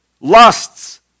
lusts